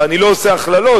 ואני לא עושה הכללות,